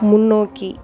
முன்னோக்கி